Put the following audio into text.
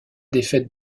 défaite